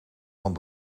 van